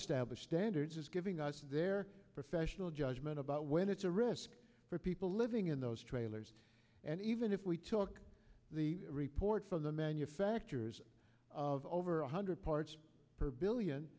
establish standards just giving us their professional judgment about when it's a risk for people living in those trailers and even if we took the report from the manufacturers of over one hundred parts per billion